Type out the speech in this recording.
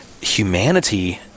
humanity